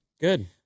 Good